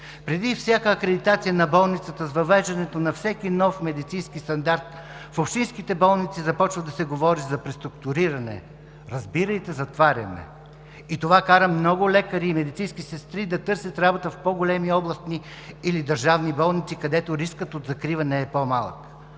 Преди всяка акредитация на болницата, с въвеждането на всеки нов медицински стандарт, в общинските болници започва да се говори за преструктуриране, разбирайте затваряне и това кара много лекари и медицински сестри да търсят работа в по-големи областни или държавни болници, където рискът от закриване е по-малък.